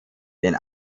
den